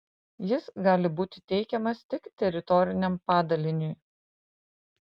jis gali būti teikiamas tik teritoriniam padaliniui